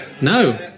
No